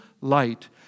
light